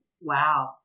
wow